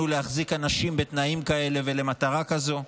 להחזיק אנשים בתנאים כאלה ולמטרה כזאת.